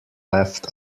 left